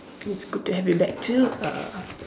it's good to have you back too uh